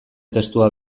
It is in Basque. testua